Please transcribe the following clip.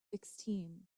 sixteen